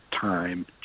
time